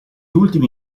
ultimi